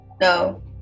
No